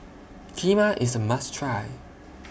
Kheema IS A must Try